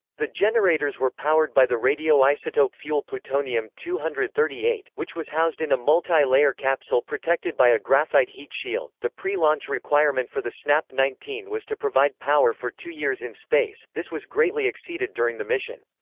the generators were powered by the radioisotope fuel plutonium two hundred and thirty eight, which was housed in a multi-layer capsule protected by a graphite heat shield the pre-launch requirement for the snap nineteen was to provide power for two years in space this was greatly exceeded during the mission.